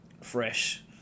fresh